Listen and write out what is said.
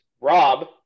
Rob